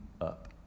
up